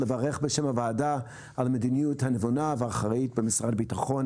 לברך בשם הוועדה על המדיניות הנבונה והאחראית במשרד הביטחון.